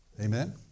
Amen